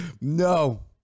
no